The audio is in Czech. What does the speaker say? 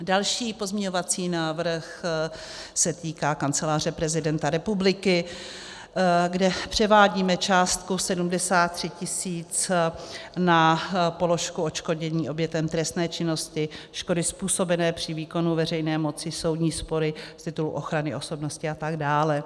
Další pozměňovací návrh se týká Kanceláře prezidenta republiky, kde převádíme částku 73 tis. na položku odškodnění obětem trestné činnosti, škody způsobené při výkonu veřejné moci, soudní spory, z titulu ochrany osobnosti atd.